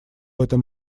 этом